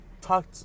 talk